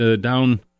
down